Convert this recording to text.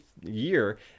year